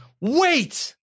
wait